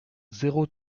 zéro